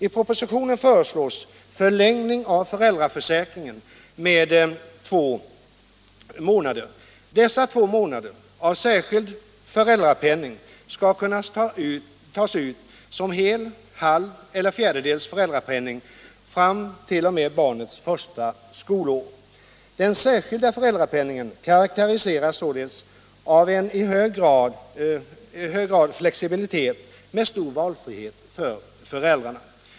I propositionen föreslås förlängning av föräldraförsäkringen med två månader. Dessa två månader av särskild föräldrapenning skall kunna tas ut som hel, halv eller fjärdedels föräldrapenning fram t.o.m. barnets första skolår. Den särskilda föräldrapenningen karakteriseras således i hög grad av flexibilitet med stor valfrihet för föräldrarna.